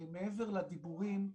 שמעבר לדיבורים,